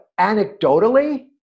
anecdotally